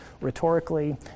rhetorically